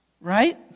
right